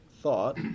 thought